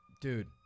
Dude